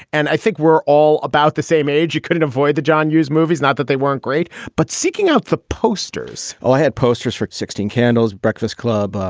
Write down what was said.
and i think we're all about the same age. you couldn't avoid the john hughes movies not that they weren't great, but seeking out the posters or had posters for sixteen candles, breakfast club,